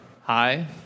Hi